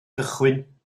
gychwyn